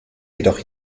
jedoch